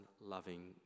loving